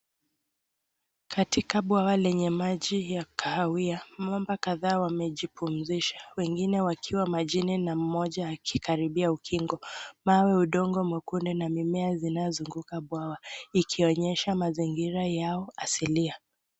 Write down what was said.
Katika bwawa lenye maji ya kahawia mamba kadhaa wamejipumzisha wengine wakiwa majini na mmoja akikaribia ukingo , mawe , udongo mwekundu na mimea zinayozunguka bwawa ikionyesha mazingira yao asilia.